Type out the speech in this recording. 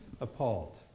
appalled